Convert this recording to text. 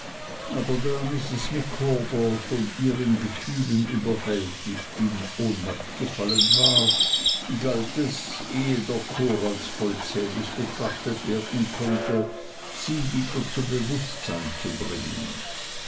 da mrs micawber von ihren gefühlen überwältigt in ohnmacht gefallen war galt es ehe der chor als vollzählig betrachtet werden konnte sie wieder zum bewußtsein zu bringen